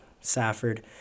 Safford